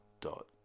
dot